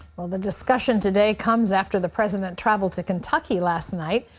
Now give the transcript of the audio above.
the discussion today comes after the president travelled to kentucky last night,